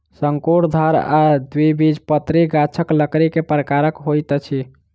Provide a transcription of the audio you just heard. शंकुधर आ द्विबीजपत्री गाछक लकड़ी के प्रकार होइत अछि